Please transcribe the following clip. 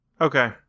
Okay